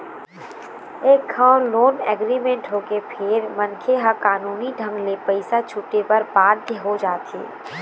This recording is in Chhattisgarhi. एक घांव लोन एग्रीमेंट होगे फेर मनखे ह कानूनी ढंग ले पइसा छूटे बर बाध्य हो जाथे